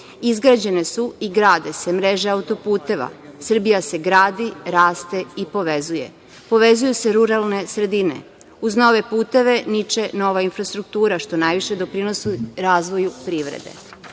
standarda. Izgrađene su i grade se mreže auto-puteva. Srbija se gradi, raste i povezuje. Povezuju se ruralne sredine. Uz nove puteve, niče nova infrastruktura, što najviše doprinosi razvoju privrede.